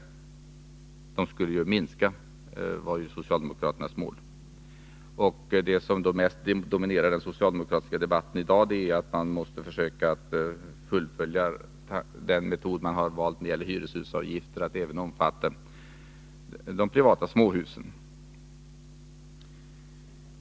Socialdemokraternas mål var ju att det skulle minska. Det som mest dominerar den socialdemokratiska debatten i dag är att man 195 måste försöka fullfölja den metod man har valt med hyreshusavgift, så att avgift kommer att läggas även på de privata småhusen.